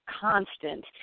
constant